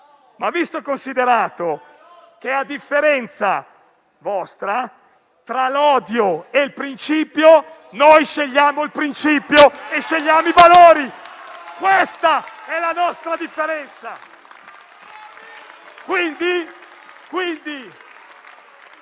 visto e considerato che, a differenza vostra, tra l'odio e il principio noi scegliamo il principio e scegliamo i valori. Questa è la nostra differenza!